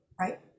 right